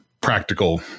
practical